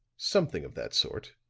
something of that sort,